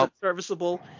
serviceable